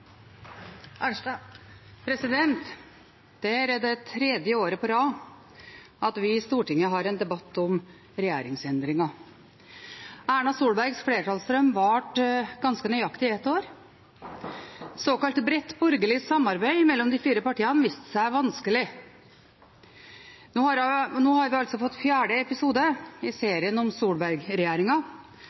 rad vi i Stortinget har en debatt om regjeringsendringer. Erna Solbergs flertallsdrøm varte ganske nøyaktig ett år. Såkalt bredt borgerlig samarbeid mellom de fire partiene viste seg vanskelig. Nå har vi altså fått fjerde episode i serien om